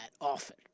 often